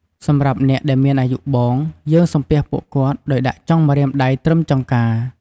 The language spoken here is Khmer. សម្រាប់អ្នកដែលមានអាយុបង យើងសំពះពួកគាត់ដោយដាក់ចុងម្រាមដៃត្រឹមចង្កា។